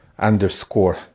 Underscore